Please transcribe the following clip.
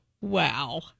Wow